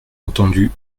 entendu